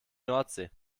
nordsee